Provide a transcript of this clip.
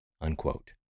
unquote